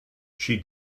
she